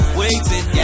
waiting